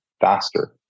faster